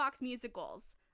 musicals